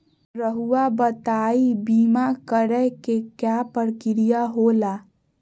रहुआ बताइं बीमा कराए के क्या प्रक्रिया होला?